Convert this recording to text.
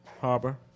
harbor